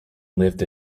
lived